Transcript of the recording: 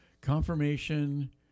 confirmation